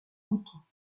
moutons